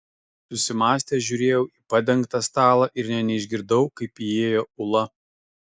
susimąstęs žiūrėjau į padengtą stalą ir nė neišgirdau kaip įėjo ula